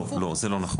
לא, לא, זה לא נכון.